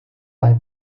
bei